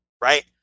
right